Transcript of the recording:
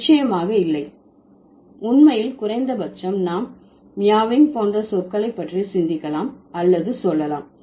நிச்சயமாக இல்லை உண்மையில் குறைந்த பட்சம் நாம் மியாவிங் போன்ற சொற்களை பற்றி சிந்திக்கலாம் அல்லது சொல்லலாம்